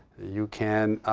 you can